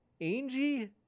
Angie